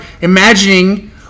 imagining